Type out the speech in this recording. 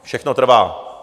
Všechno trvá.